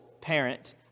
Parent